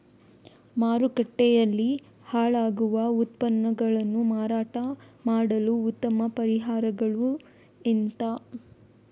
ಮಾರುಕಟ್ಟೆಯಲ್ಲಿ ಹಾಳಾಗುವ ಉತ್ಪನ್ನಗಳನ್ನು ಮಾರಾಟ ಮಾಡಲು ಉತ್ತಮ ಪರಿಹಾರಗಳು ಎಂತ?